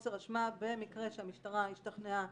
חוסר אשמה במקרה שהמשטרה השתכנעה